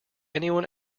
anyone